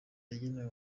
yagenewe